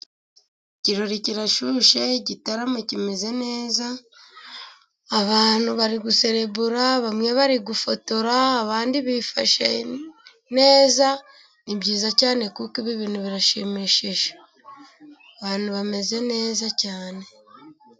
Ikirori kirashyushe igitaramo kimeze neza, abantu bari guserebura bamwe, bari gufotora abandi bifashe neza. Ni byiza cyane kuko ibi bintu birashimishije abantu bameze neza cyane.